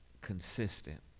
consistent